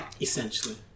Essentially